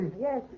Yes